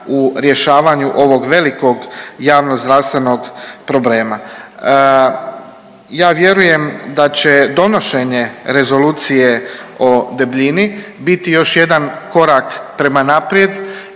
u rješavanju ovog velikog javnozdravstvenog problema. Ja vjerujem da će donošenje Rezolucije o debljini biti još jedan korak prema naprijed